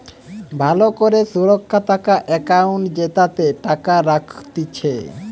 ভালো করে সুরক্ষা থাকা একাউন্ট জেতাতে টাকা রাখতিছে